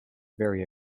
very